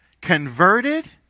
converted